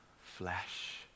flesh